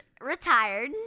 retired